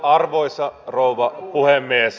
arvoisa rouva puhemies